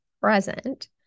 present